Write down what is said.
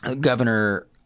Governor